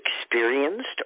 experienced